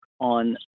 on